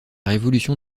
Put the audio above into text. révolution